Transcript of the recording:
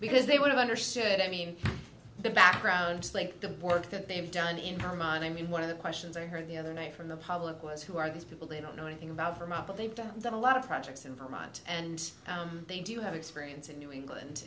because they would have understood i mean the backgrounds like the work that they've done in our mind i mean one of the questions i heard the other night from the public was who are these people they don't know anything about vermont but they've done a lot of projects in vermont and they do have experience in new england